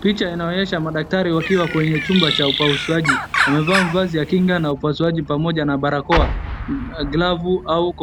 Picha inaonyesha madaktari wakiwa kwenye chumba cha upasuaji. Wamevaa mavazi ya kinga na upasuaji pamoja na barakoa, glavu au